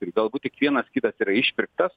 ir galbūt tik vienas kitas yra išpirktas